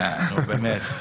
דבר שני,